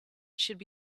should